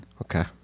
Okay